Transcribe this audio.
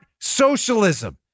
socialism